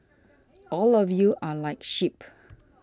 all of you are like sheep